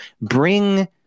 bring